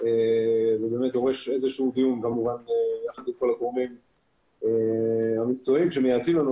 זה דורש איזשהו דיון יחד עם כל הגורמים המקצועיים שמייעצים לנו.